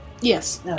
Yes